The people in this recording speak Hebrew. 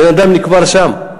הבן-אדם נקבר שם.